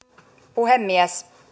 puhemies